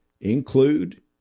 include